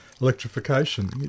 electrification